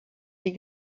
die